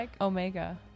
Omega